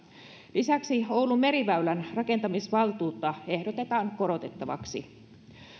lisäksi oulun meriväylän rakentamisvaltuutta ehdotetaan korotettavaksi